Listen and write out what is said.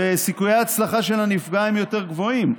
וסיכויי ההצלחה של הנפגע יותר גבוהים,